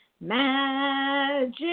magic